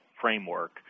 framework